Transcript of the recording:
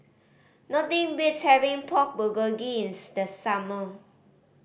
nothing beats having Pork Bulgogi in the summer